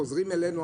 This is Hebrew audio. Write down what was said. חוזרים אלינו,